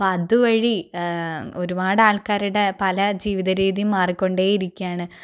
അപ്പോൾ അതുവഴി ഒരുപാട് ആൾക്കാരുടെ പല ജീവിതരീതിയും മാറിക്കൊണ്ടേ ഇരിക്കുകയാണ്